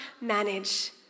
manage